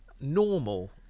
normal